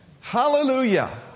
Hallelujah